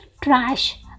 trash